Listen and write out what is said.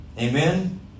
Amen